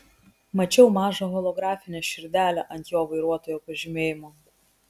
mačiau mažą holografinę širdelę ant jo vairuotojo pažymėjimo